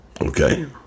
Okay